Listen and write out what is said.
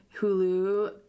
Hulu